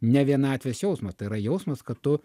ne vienatvės jausmas tai yra jausmas kad tu